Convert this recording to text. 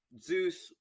Zeus